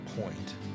point